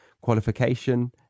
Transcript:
qualification